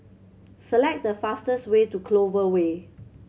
select the fastest way to Clover Way